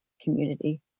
community